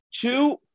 Two